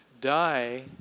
die